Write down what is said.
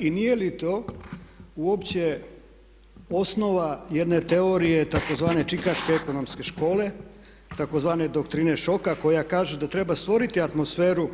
I nije li to uopće osnova jedne teorije, tzv. čikaške ekonomske škole, tzv. doktrine šoka koja kaže da treba stvoriti atmosferu